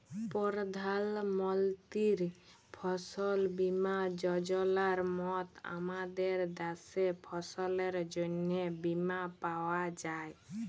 পরধাল মলতির ফসল বীমা যজলার মত আমাদের দ্যাশে ফসলের জ্যনহে বীমা পাউয়া যায়